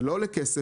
זה לא עולה כסף.